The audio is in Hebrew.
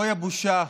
אוי הבושה.